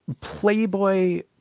Playboy